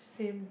same